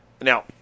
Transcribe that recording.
Now